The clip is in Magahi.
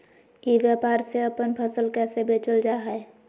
ई व्यापार से अपन फसल कैसे बेचल जा हाय?